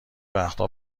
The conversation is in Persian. وقتها